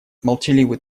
молчаливый